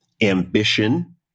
ambition